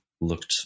looked